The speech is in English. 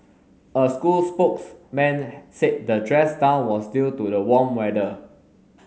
a school spokesman said the dress down was due to the warm weather